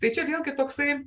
tai čia vėlgi toksai